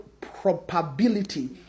probability